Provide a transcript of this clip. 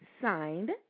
Signed